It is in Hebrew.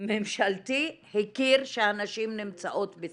ממשלתי הכיר שהנשים נמצאות בסכנה.